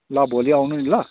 ल भोलि आउनु नि ल